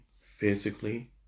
physically